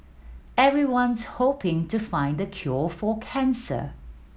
everyone's hoping to find the cure for cancer